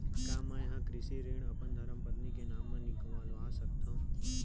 का मैं ह कृषि ऋण अपन धर्मपत्नी के नाम मा निकलवा सकथो?